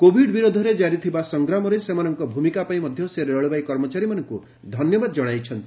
Covid ବିରୋଧରେ କାରି ଥିବା ସଂଗ୍ରାମରେ ସେମାନଙ୍କର ଭୂମିକା ପାଇଁ ମଧ୍ୟ ସେ ରେଳବାଇ କର୍ମଚାରୀମାନଙ୍କୁ ଧନ୍ୟବାଦ ଜଣାଇଛନ୍ତି